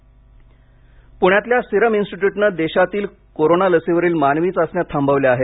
Serum पुण्यातल्या Serum इन्स्टिट्यूटने देशातील कोरोना लसीवरील मानवी चाचण्या थांबवल्या आहेत